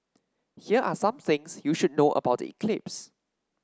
here are some things you should know about the eclipse